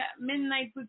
Midnight